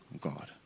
god